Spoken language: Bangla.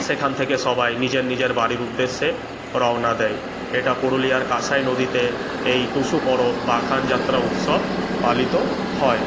সেখান থেকে সবাই নিজের নিজের বাড়ির উদ্দেশ্যে রওনা দেয় এটা পুরুলিয়ার কাঁসাই নদীতে এই টুসু পরব বা আখান যাত্রা উৎসব পালিত হয়